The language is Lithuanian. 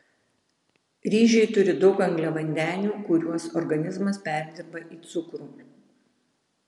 ryžiai turi daug angliavandenių kuriuos organizmas perdirba į cukrų